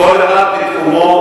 כל אחד בתחומו,